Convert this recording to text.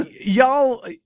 y'all